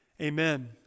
Amen